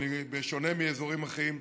בשונה מאזורים אחרים,